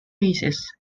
cases